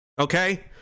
Okay